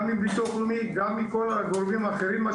גם מביטוח לאומי, גם מכל הגורמים האחרים.